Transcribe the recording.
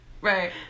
Right